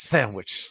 Sandwich